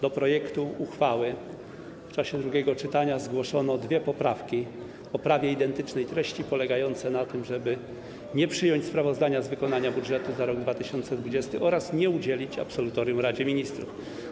Do projektu uchwały w czasie drugiego czytania zgłoszono dwie poprawki o prawie identycznej treści, polegające na tym, żeby nie przyjąć sprawozdania z wykonania budżetu za rok 2020 oraz nie udzielić absolutorium Radzie Ministrów.